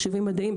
מחשבים ומדעים.